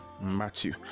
Matthew